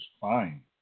fine